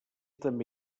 també